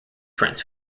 prints